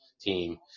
team